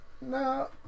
No